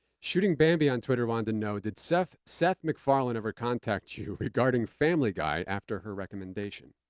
shootingbambi on twitter wanted to know, did seth seth macfarlane ever contact you regarding family guy after her recommendation?